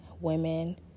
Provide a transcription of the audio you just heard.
women